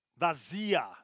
vazia